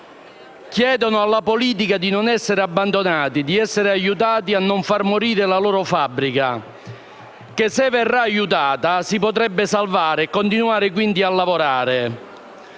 chiedono alla politica di non essere abbandonati ed essere aiutati a non far morire la loro fabbrica che, se aiutata, si potrebbe salvare ed essi potrebbero quindi continuare